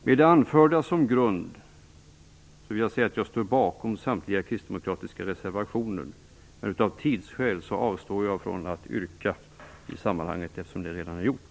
Med det anförda som grund vill jag säga att jag står bakom samtliga kristdemokratiska reservationer. Av tidsskäl avstår jag dock från att yrka på dem, eftersom det redan är gjort.